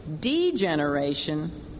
degeneration